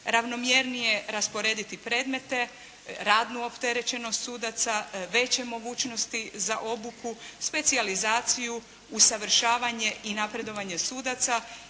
ravnomjernije rasporediti predmete, radnu opterećenost sudaca, veće mogućnosti za obuku, specijalizaciju, usavršavanje i napredovanje sudaca.